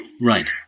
Right